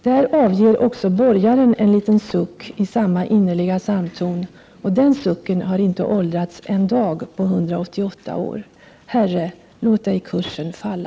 Där avger också borgaren en liten suck i samma innerliga psalmton, och den sucken har inte åldrats en dag på 188 år: ”Herre, låt ej kursen falla.